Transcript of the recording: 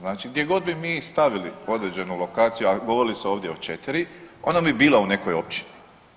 Znači gdje bi mi stavili određenu lokaciju, a govorili su ovdje o 4 ona bi bila u nekoj općini.